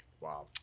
Wow